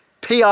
PR